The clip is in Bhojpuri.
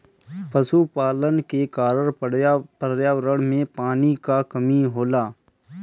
पशुपालन के कारण पर्यावरण में पानी क कमी हो जाला